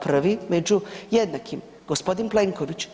Prvi među jednakima, gospodin Plenković.